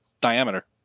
diameter